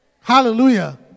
Hallelujah